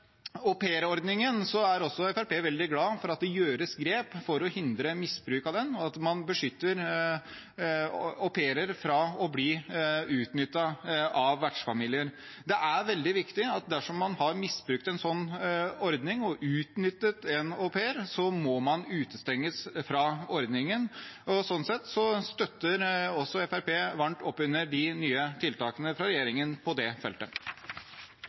gjøres grep for å hindre misbruk av den, og at man beskytter au pairer fra å bli utnyttet av vertsfamilier. Det er veldig viktig at dersom man har misbrukt en sånn ordning og utnyttet en au pair, må man utestenges fra ordningen. Sånn sett støtter også Fremskrittspartiet varmt opp under de nye tiltakene fra regjeringen på det feltet.